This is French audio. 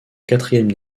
quatrième